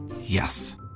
Yes